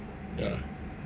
ya